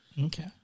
Okay